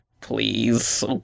please